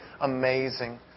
amazing